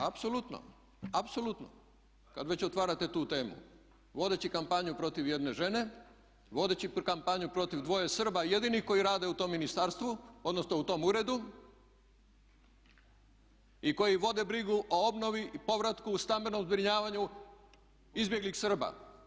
Apsolutno, apsolutno kad već otvarate tu temu vodeći kampanju protiv jedne žene, vodeći jednu kampanju protiv dvoje Srba jedinih koji rade u tom ministarstvu, odnosno u tom uredu i koji vode brigu o obnovi i povratku stambenom zbrinjavanju izbjeglih Srba.